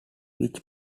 which